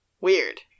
weird